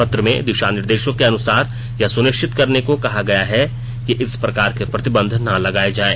पत्र में दिशा निर्देशों के अनुसार यह सुनिश्चित करने को कहा है कि इस प्रकार के प्रतिबंध न लगाए जाएं